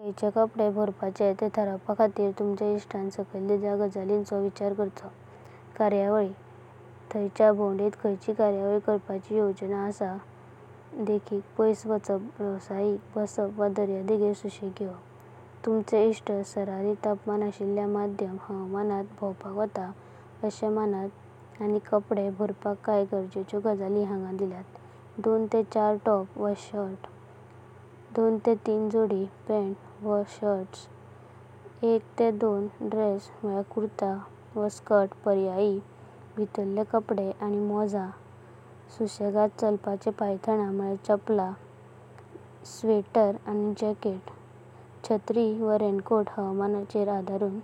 खायचे कपडे भरपाचें ते ठरवपाखातीर तुंचा इष्टान सकायल दिल्या गजालींचो विचार करचो। कार्यावाली तुंचा भवोनाथ खायांचो कार्यावाली करपाचे येवजाण। आस देखिका पायस वाचपा, वेवसायिक, बासपक, दर्यादेघर आनी सुसेग घेवपाक तुंची इस्थ सरासरी तापमान। अशिलेंय मायादां हावामाना भवोपाक वाटा। अशें मनूना, कपडे भरपाक कण्य गरजेचो गजाली हांगा दिलेयात दून चार टोप वा शिर्टा। दून चार जोडी पॅन्ट्स वा शॉर्ट्स। एक दो ड्रैस वा स्कर्ट्स। भीतर्ले कपडे आनी मोजण। सुसेगाड चालपाची पायंथाना। जाकेट वा स्वेटर। छेत्री वा रंकोट हावमानाचेर आदारून।